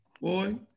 Boy